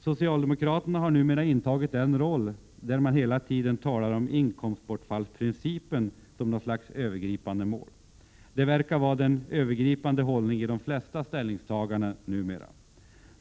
Socialdemokraterna har intagit den roll där man hela tiden talar om inkomstbortfallsprincipen — det verkar vara den övergripande hållningen i de flesta ställningstaganden.